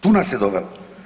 Tu nas je dovelo.